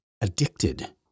addicted